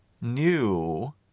new